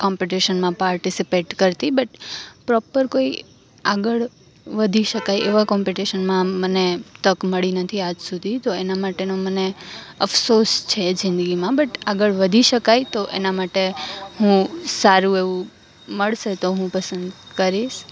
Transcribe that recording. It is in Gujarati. કોમપીટેશનમાં પાર્ટીસીપેટ કરતી બટ પ્રોપર કોઈ આગળ વધી શકાય એવા કોમપીટેશનમાં મને તક મળી નથી આજ સુધી તો એના માટેનો મને અફસોસ છે જિદગીમાં બટ આગળ વધી શકાય તો એના માટે હું સારું એવું મળશે તો હું પસંદ કરીશ